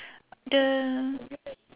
the